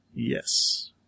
Yes